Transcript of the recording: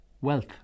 Wealth